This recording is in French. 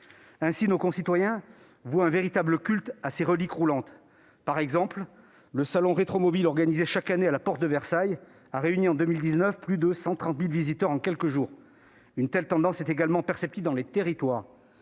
nos concitoyens vouent un véritable culte à ces reliques roulantes. Par exemple, le salon Retromobile, organisé chaque année à la porte de Versailles, a attiré en 2019 plus de 130 000 visiteurs en quelques jours. Une telle tendance est également perceptible dans les territoires.